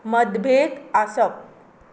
मतभेद आसप